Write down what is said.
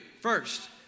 First